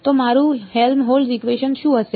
તો મારું Helmholtz equation શું હશે